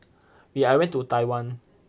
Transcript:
ya i went to taiwan